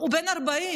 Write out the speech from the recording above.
הוא בן 40,